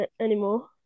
anymore